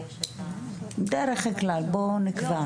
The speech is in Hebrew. "בדרך כלל", בואו נקבע.